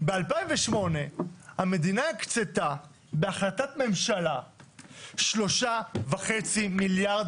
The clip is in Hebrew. ב-2008 המדינה הקצתה בהחלטת ממשלה 3.5 מיליארד